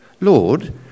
Lord